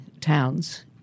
towns